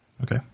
Okay